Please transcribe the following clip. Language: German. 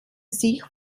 sich